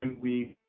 we